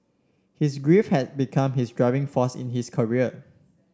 his grief had become his driving force in his career